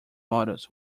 models